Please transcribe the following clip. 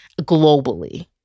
globally